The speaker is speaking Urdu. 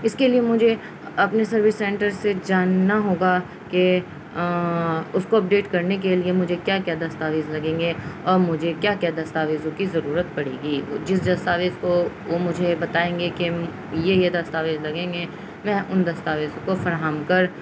اس کے لیے مجھے اپنے سروس سینٹر سے جاننا ہوگا کہ اس کو اپڈیٹ کرنے کے لیے مجھے کیا کیا دستاویز لگیں گے اور مجھے کیا کیا دستاویزوں کی ضرورت پڑے گی جس دستاویز کو وہ مجھے بتائیں گے کہ یہ یہ دستاویز لگیں گے میں ان دستاویز کو فراہم کر